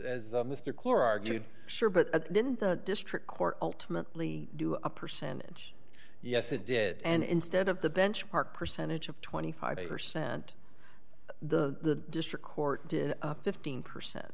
mr couper argued sure but didn't the district court ultimately do a percentage yes it did and instead of the benchmark percentage of twenty five percent the district court did fifteen percent